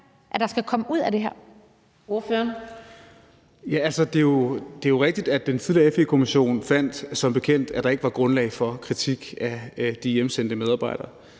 at der skal komme ud af det her?